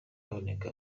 kaboneka